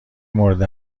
مورد